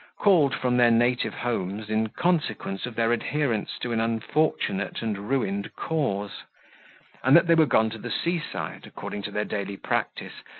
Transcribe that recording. called from their native homes in consequence of their adherence to an unfortunate and ruined cause and that they were gone to the sea-side, according to their daily practice,